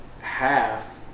half